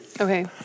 Okay